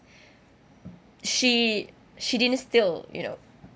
she she didn't still you know